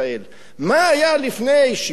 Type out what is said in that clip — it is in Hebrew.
מה היה לפני שישה חודשים,